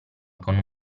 con